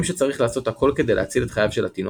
שצריך לעשות הכול כדי להציל את חייו של התינוק,